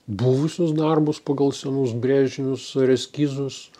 buvusius darbus pagal senus brėžinius ar eskizus